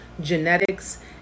genetics